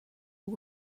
all